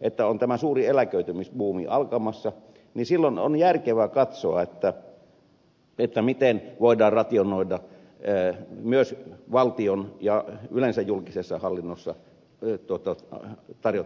että on tämä suuri eläköitymisbuumi alkamassa niin silloin on järkevä katsoa miten voidaan rationoida myös valtion ja yleensä julkisessa hallinnossa suoritettavia tehtäviä